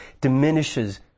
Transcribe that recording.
diminishes